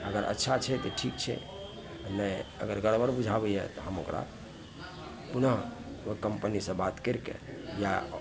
अगर अच्छा छै तऽ ठीक छै आ नहि गड़बड़ बुझाबैए तऽ हम ओकरा पुनः ओहि कम्पनीसँ बात करिके या